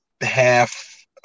half